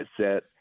set